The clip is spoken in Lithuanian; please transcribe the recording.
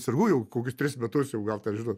sergu jau kokius tris metus jau gal ten žinot